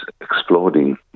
exploding